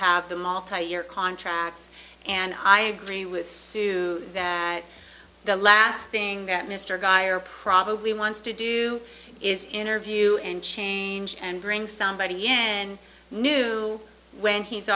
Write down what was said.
have the multi year contracts and i agree with sue that the last thing mr guy or probably wants to do is interview and change and bring somebody and new when he's